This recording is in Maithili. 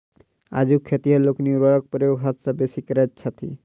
आजुक खेतिहर लोकनि उर्वरकक प्रयोग हद सॅ बेसी करैत छथि